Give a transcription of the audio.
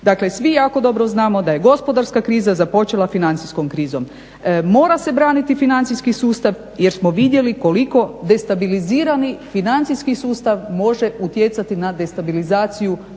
Dakle, svi jako dobro znamo da je gospodarska kriza započela financijskom krizom. Mora se braniti financijski sustav jer smo vidjeli koliko destabilizirani financijski sustav može utjecati na destabilizaciju